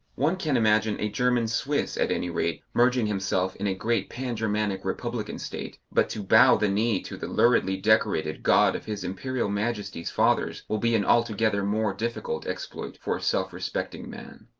one can imagine a german swiss, at any rate, merging himself in a great pan-germanic republican state, but to bow the knee to the luridly decorated god of his imperial majesty's fathers will be an altogether more difficult exploit for a self-respecting man.